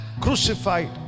Crucified